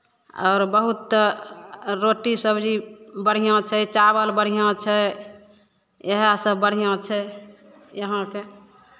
आओर बहुत रोटी सबजी बढ़िआँ छै चावल बढ़िआँ छै इएहसभ बढ़िआँ छै यहाँके